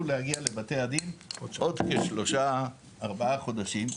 להגיע לבתי הדין עוד כשלושה-ארבעה חודשים.